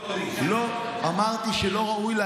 לא הגבלת, רק אמרת שזה לא ראוי.